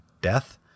death